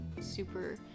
super